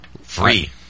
Free